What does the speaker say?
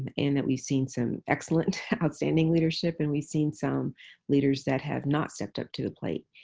and that we've seen some excellent outstanding leadership and we've seen some leaders that have not stepped up to the plate.